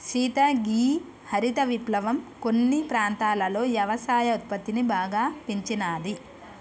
సీత గీ హరిత విప్లవం కొన్ని ప్రాంతాలలో యవసాయ ఉత్పత్తిని బాగా పెంచినాది